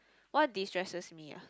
what destresses me ah